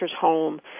home